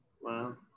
Wow